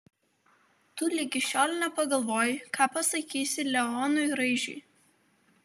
tu ligi šiol nepagalvojai ką pasakysi leonui raižiui